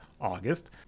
August